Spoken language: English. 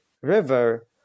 River